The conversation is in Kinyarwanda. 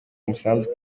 umusanzu